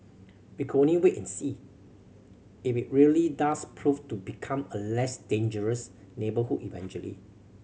we can only wait and see if it really does prove to become a less dangerous neighbourhood eventually